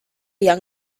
young